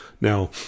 Now